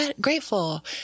grateful